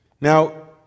Now